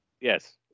Yes